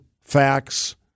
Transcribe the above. facts